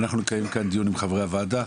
אנחנו נקיים כאן דיון עם חברי הוועדה,